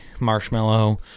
marshmallow